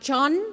John